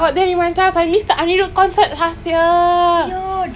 ya அதாரு அதாரு:athaaru athaaru oh the song is nice